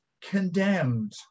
condemned